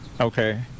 Okay